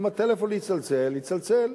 אם הטלפון יצלצל, יצלצל.